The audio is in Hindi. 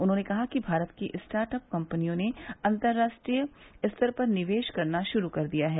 उन्होने कहा कि भारत की स्टार्टअप कम्पनियों ने अंतर्राष्ट्रीय स्तर पर निवेश करना शुरू कर दिया है